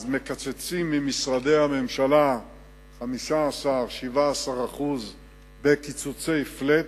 אז מקצצים ממשרדי הממשלה 15%, 17% בקיצוצי flat,